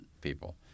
people